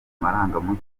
amarangamutima